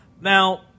Now